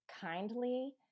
kindly